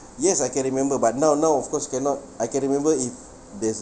yes I can remember but now now of course cannot I can remember if there's